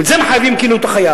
גם את זה מחייבים כאילו את החייב,